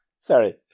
Sorry